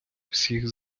всіх